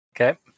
Okay